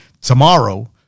tomorrow